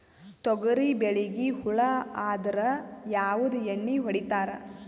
ತೊಗರಿಬೇಳಿಗಿ ಹುಳ ಆದರ ಯಾವದ ಎಣ್ಣಿ ಹೊಡಿತ್ತಾರ?